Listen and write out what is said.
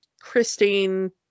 Christine